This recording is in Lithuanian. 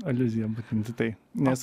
aliuzija būtent į tai nes